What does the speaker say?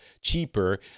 cheaper